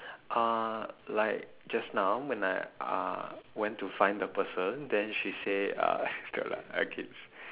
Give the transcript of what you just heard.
uh like just now when I uh went to find the person then she say uh scrap lah I kidding